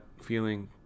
feeling